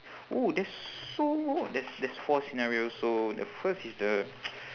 oh there's so there's there's four scenarios so the first is the